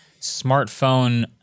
smartphone